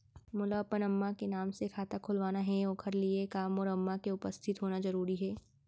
मोला अपन अम्मा के नाम से खाता खोलवाना हे ओखर लिए का मोर अम्मा के उपस्थित होना जरूरी हे?